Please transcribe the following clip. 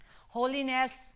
Holiness